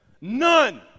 None